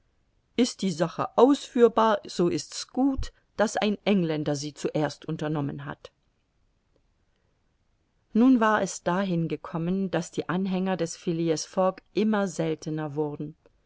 ist die sache ausführbar so ist's gut daß ein engländer sie zuerst unternommen hat nun war es dahin gekommen daß die anhänger des phileas fogg immer seltener wurden